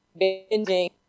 binging